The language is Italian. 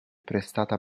prestata